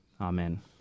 Amen